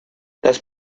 las